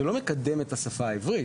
זה לא מקדם את השפה העברית.